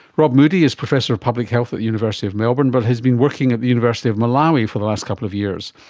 rob moodie is professor of public health at the university of melbourne but has been working at the university of malawi for the last couple of years.